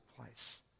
place